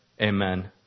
Amen